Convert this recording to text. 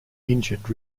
injured